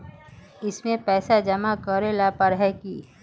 इसमें पैसा जमा करेला पर है की?